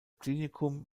klinikum